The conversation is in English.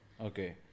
Okay